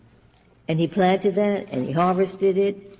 and he planted that and he harvested it.